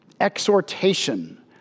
exhortation